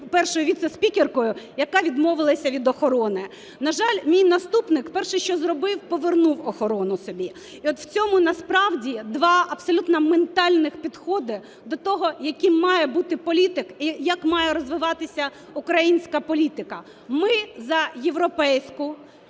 першою віцеспікеркою, яка відмовилася від охорони. На жаль, мій наступник перше що зробив – повернув охорону собі. І от в цьому насправді два абсолютно ментальних підходи до того, яким має бути політик і як має розвиватися українська політика. Ми за європейську,